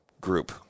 group